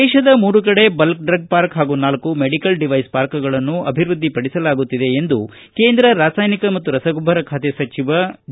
ದೇಶದ ಮೂರು ಕಡೆ ಬಲ್ಕೆ ಡ್ರಗ್ ಪಾರ್ಕ್ ಹಾಗೂ ನಾಲ್ಕು ಮೆಡಿಕಲ್ ಡಿವೈಸ್ ಪಾರ್ಕುಗಳನ್ನು ಅಭಿವೃದ್ಧಿಪಡಿಸಲಾಗುತ್ತಿದೆ ಎಂದು ಕೇಂದ್ರ ರಾಸಾಯನಿಕ ಮತ್ತು ರಸಗೊಬ್ಬರ ಖಾತೆ ಸಚಿವ ಡಿ